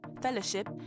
fellowship